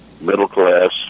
middle-class